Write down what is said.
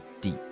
deep